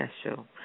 special